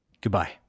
Goodbye